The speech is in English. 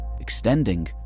extending